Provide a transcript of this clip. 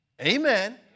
Amen